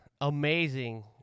amazing